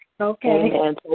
Okay